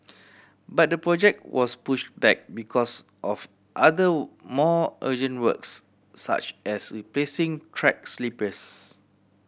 but the project was pushed back because of other more urgent works such as replacing track sleepers